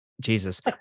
Jesus